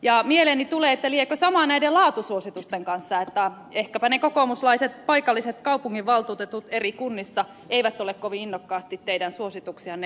ja mieleeni tulee että liekö sama näiden laatusuositusten kanssa että ehkäpä ne kokoomuslaiset paikalliset kaupunginvaltuutetut eri kunnissa eivät ole kovin innokkaasti teidän suosituksianne noudattamassa